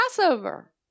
Passover